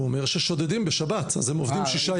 הוא אומר ששודדים בשבת, אז הם עובדים בשבת.